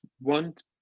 want